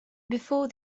before